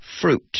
fruit